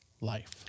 life